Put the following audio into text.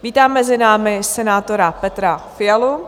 Vítám mezi námi senátora Petra Fialu.